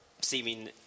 seeming